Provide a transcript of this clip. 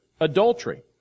adultery